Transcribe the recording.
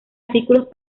artículos